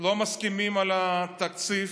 לא מסכימים על התקציב